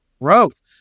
growth